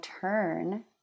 turn